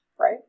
right